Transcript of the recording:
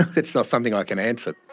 it's not something i can answer.